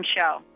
show